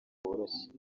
woroshye